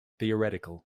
theoretical